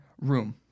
room